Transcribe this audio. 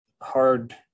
hard